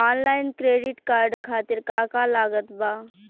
Online credit card खातिर का का लागत बा?